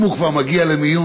אם הוא כבר מגיע למיון,